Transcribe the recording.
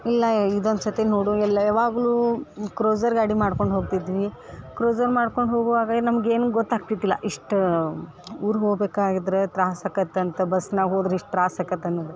ಇಲ್ಲ ಇದೊಂದು ಸರ್ತಿ ನೋಡು ಎಲ್ಲ ಯಾವಾಗಲೂ ಕ್ರೋಸರ್ ಗಾಡಿ ಮಾಡ್ಕೊಂಡು ಹೋಗ್ತಿದ್ವಿ ಕ್ರೋಸರ್ ಮಾಡ್ಕೊಂಡು ಹೋಗುವಾಗ ನಮ್ಗೆ ಏನೂ ಗೊತ್ತಾಗ್ತಿದ್ದಿಲ್ಲ ಇಷ್ಟು ಊರ್ಗೆ ಹೋಗ್ಬೇಕಾಗಿದ್ರೆ ತ್ರಾಸು ಆಗತ್ ಅಂತ ಬಸ್ನಾಗ ಹೋದ್ರೆ ಇಷ್ಟು ತ್ರಾಸು ಆಗತ್ ಅನ್ನುವುದು